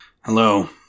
Hello